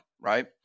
right